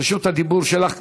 רשות הדיבור שלך,